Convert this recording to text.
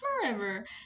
forever